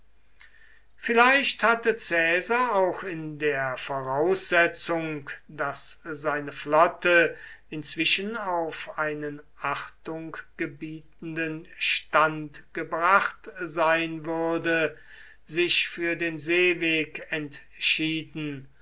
vielleicht hatte caesar auch in der voraussetzung daß seine flotte inzwischen auf einen achtunggebietenden stand gebracht sein würde sich für den seeweg entschieden